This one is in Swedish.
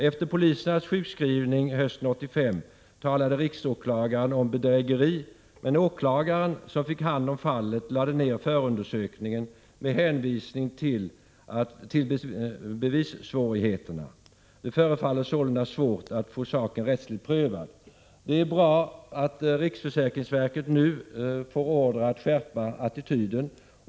Efter polisernas sjukskrivning hösten 1985 talade riksåklagaren om bedrägeri, men åklagaren som fick hand om fallet lade ned förundersökningen med hänvisning till bevissvårigheterna. Det förefaller sålunda svårt att få saken rättsligt prövad. Det är bra att riksförsäkringsverket nu får order att skärpa attityden.